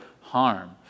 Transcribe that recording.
harm